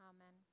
Amen